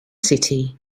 city